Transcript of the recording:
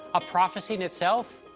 a prophecy in itself?